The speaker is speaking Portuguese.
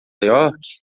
york